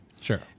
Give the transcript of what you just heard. Sure